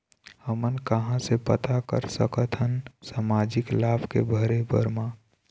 हमन कहां से पता कर सकथन सामाजिक लाभ के भरे बर मा?